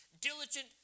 diligent